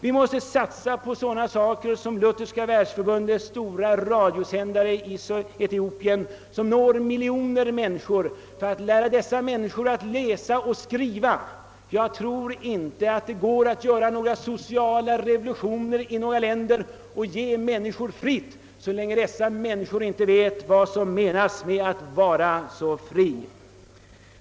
Vi måste satsa på sådana ting som Lutherska världsförbundets stora radiosändare i Etiopien, som når miljoner människor, för att lära dessa människor att läsa och skriva. Jag tror inte att det går att genomföra några sociala revolutioner och ge människorna frihet så länge dessa människor inte vet vad som menas med att vara fri.